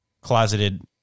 closeted